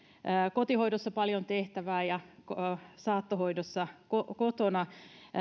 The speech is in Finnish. kotihoidossa paljon tehtävää ja saattohoidossa kotona